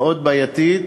מאוד בעייתית,